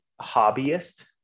hobbyist